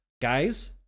Guys